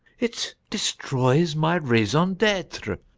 it destroys my raison d'etre.